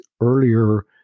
earlier